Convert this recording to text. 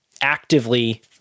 actively